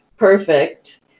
perfect